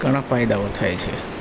ઘણા ફાયદાઓ થાય છે